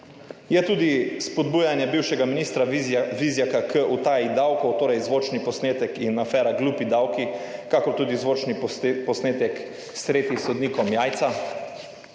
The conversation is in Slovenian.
Je tudi spodbujanje bivšega ministra Vizjaka k utaji davkov, torej zvočni posnetek in afera glupi davki, kakor tudi zvočni posnetek s tretjim sodnikom Jajca,